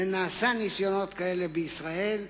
נעשו ניסיונות כאלה בישראל,